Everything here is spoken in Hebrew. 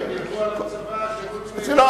על שירות צבאי,